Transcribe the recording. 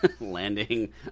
Landing